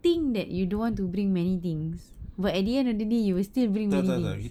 think that you don't want to bring many things but at the end of the day you will still bring many things